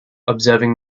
observing